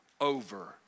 over